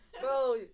Bro